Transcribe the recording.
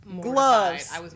gloves